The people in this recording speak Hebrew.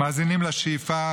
מאזינים לשאיפה,